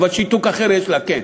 אבל שיתוק אחר יש לה כן.